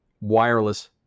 wireless